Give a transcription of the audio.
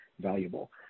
valuable